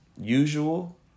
usual